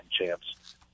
champs